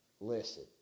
listen